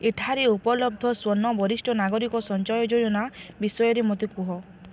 ଏଠାରେ ଉପଲବ୍ଧ ସ୍ଵର୍ଣ୍ଣ ବରିଷ୍ଠ ନାଗରିକ ସଞ୍ଚୟ ଯୋଜନା ବିଷୟରେ ମୋତେ କୁହ